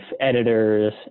editors